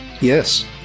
Yes